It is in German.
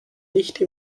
nicht